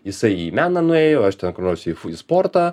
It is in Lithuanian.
jisai į meną nuėjo aš ten kur nors į sportą